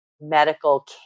medical